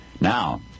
Now